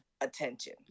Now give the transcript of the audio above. attention